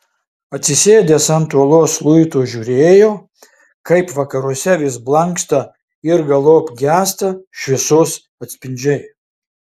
atsisėdęs ant uolos luito žiūrėjo kaip vakaruose vis blanksta ir galop gęsta šviesos atspindžiai